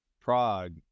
Prague